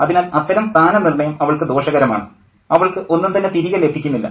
അതിനാൽ അത്തരം സ്ഥാനനിർണ്ണയം അവൾക്ക് ദോഷകരമാണ് അവൾക്ക് ഒന്നും തന്നെ തിരികെ ലഭിക്കുന്നില്ല